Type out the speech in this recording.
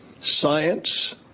Science